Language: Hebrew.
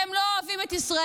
אתם לא אוהבים את ישראל.